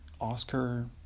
Oscar